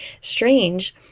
strange